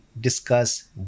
discuss